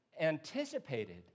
anticipated